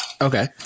Okay